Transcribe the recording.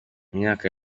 myaka